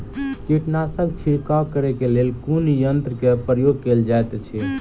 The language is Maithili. कीटनासक छिड़काव करे केँ लेल कुन यंत्र केँ प्रयोग कैल जाइत अछि?